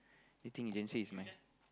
dating agency is my